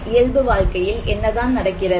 இயல்பு வாழ்க்கையில் என்னதான் நடக்கிறது